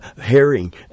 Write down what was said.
Herring